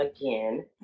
again